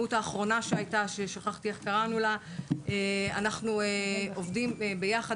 ההתחממות האחרונה שהייתה, אנחנו עובדים ביחד